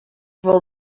vol